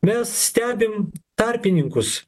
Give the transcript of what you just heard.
mes stebim tarpininkus